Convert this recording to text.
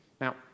Now